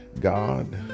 God